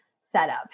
setup